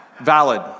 valid